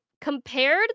compared